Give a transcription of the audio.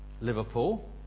Liverpool